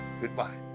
Goodbye